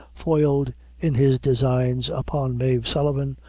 foiled in his designs upon mave sullivan,